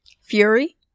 Fury